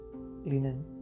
linen